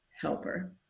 helper